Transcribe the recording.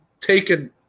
Taken –